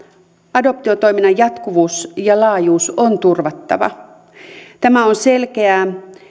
adoptiotoiminnan jatkuvuus ja laajuus on turvattava tämä on selkeää